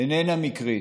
איננה מקרית.